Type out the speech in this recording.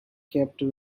kept